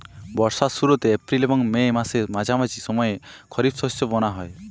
বর্ষার শুরুতে এপ্রিল এবং মে মাসের মাঝামাঝি সময়ে খরিপ শস্য বোনা হয়